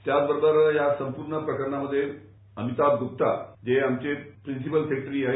त्याच बरोबर या संपूर्ण प्रकरणामध्ये अमिताभ गुप्ता हे आमचे प्रिसिपल सेक्रेटरी आहेत